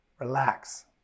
Relax